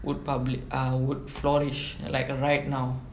would publish err would flourish like right now